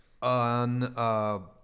On